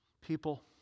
People